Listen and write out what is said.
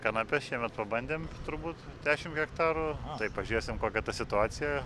kanapes šiemet pabandėm turbūt dešim hektarų tai pažiūrėsim kokia ta situacija